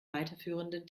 weiterführenden